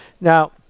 Now